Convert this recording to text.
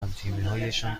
همتیمیهایشان